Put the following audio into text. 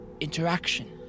interaction